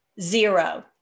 zero